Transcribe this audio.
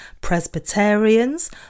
Presbyterians